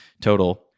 total